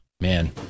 Man